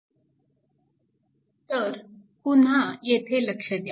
तर पुन्हा येथे लक्ष द्या